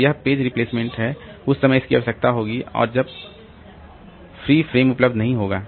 तो यह page replacement है उस समय इसकी आवश्यकता होगी और तब जब फ्री फ्रेम उपलब्ध नहीं होगा